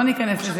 לא ניכנס לזה.